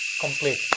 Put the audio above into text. complete